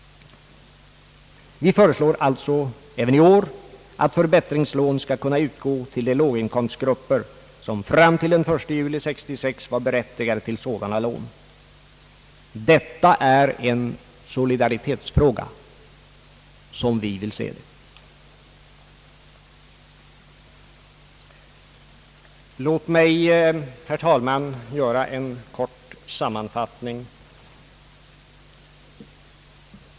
Vi föreslår alltså även i år att förbättringslån skall kunna utgå till de låginkomstgrupper som fram till den 1 juli 1966 var berättigade till sådana lån. Detta är en solidaritetsfråga, som vi ser det. Låt mig, herr talman, göra en kort sammanfattning.